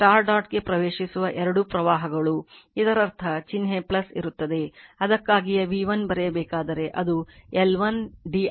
ಡಾಟ್ಗೆ ಪ್ರವೇಶಿಸುವ ಎರಡೂ ಪ್ರವಾಹಗಳು ಇದರರ್ಥ ಚಿಹ್ನೆ ಇರುತ್ತದೆ ಅದಕ್ಕಾಗಿಯೇ v1 ಬರೆಯಬೇಕಾದರೆ ಅದು L1 d i1 dt M di2 dt ಆಗಿರುತ್ತದೆ